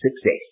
success